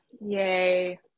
yay